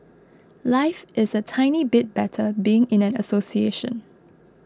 life is a tiny bit better being in an association